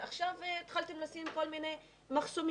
עכשיו התחלתם לשים כל מיני מחסומים.